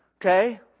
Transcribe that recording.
okay